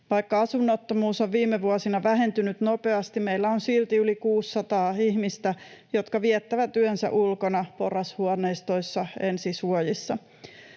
Vaikka asunnottomuus on viime vuosina vähentynyt nopeasti, meillä on silti yli 600 ihmistä, jotka viettävät yönsä ulkona, porrashuoneistoissa, ensisuojissa.